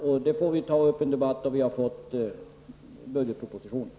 Men detta får vi ta upp en debatt om när vi har fått budgetpropositionen.